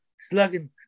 slugging